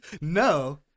No